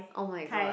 oh-my-god